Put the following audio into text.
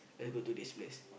and we got to this place